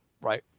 right